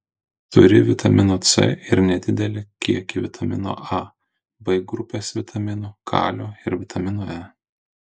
turi vitamino c ir nedidelį kiekį vitamino a b grupės vitaminų kalio ir vitamino e